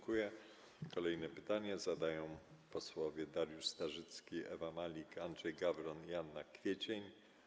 Kolejne pytania zadają posłowie Dariusz Starzycki, Ewa Malik, Andrzej Gawron i Anna Kwiecień.